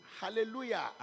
hallelujah